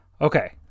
Okay